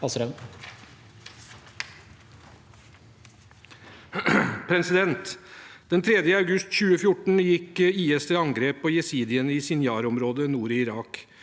sa- ken): Den 3. august 2014 gikk IS til angrep på jesidiene i Sinjar-området nord i Irak.